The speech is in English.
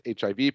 HIV